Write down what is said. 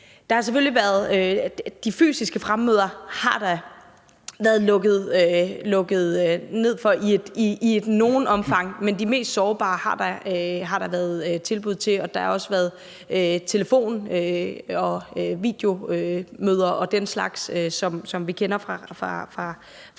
De fysiske fremmøder har der været lukket ned for i et vist omfang, men de mest sårbare har der været tilbud til, og der har også været telefon- og videomøder og den slags, som vi kender fra resten